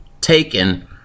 taken